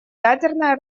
ядерное